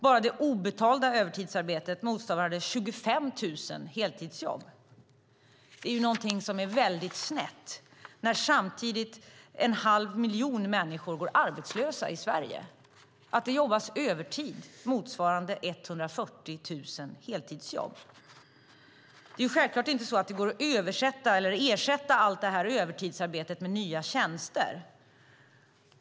Bara det obetalda övertidsarbetet motsvarade 25 000 heltidsjobb. Det är någonting som är väldigt snett när en halv miljon människor går arbetslösa i Sverige och det samtidigt jobbas övertid motsvarande 140 000 heltidsjobb. Det går självfallet inte att översätta eller ersätta allt detta övertidsarbete med nya tjänster.